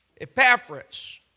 Epaphras